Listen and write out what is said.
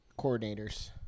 coordinators